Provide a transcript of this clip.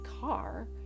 car